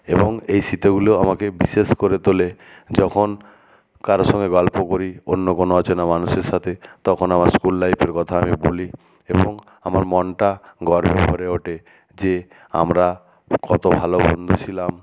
এবং এই স্মৃতিগুলো আমাকে বিশেষ করে তোলে যখন কারোর সঙ্গে গল্প করি অন্য কোনো অচেনা মানুষের সাতে তখন আমার স্কুল লাইফের কথা আমি বলি এবং আমার মনটা গর্বে ভরে ওটে যে আমরা কতো ভালো বন্ধু ছিলাম